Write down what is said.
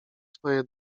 swoje